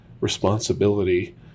responsibility